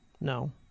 No